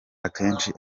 akenshi